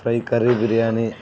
fry curry biryani